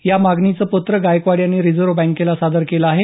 या मागणीचं पत्र गायकवाड यांनी रिजव्ह बँकेला सादर केलं आहे